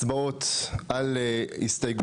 זה